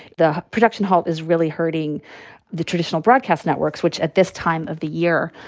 the production halt is really hurting the traditional broadcast networks, which, at this time of the year,